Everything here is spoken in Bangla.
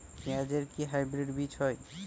পেঁয়াজ এর কি হাইব্রিড বীজ হয়?